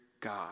God